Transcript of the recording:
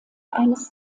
eines